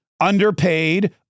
underpaid